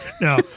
No